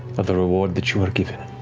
of the reward that you were given.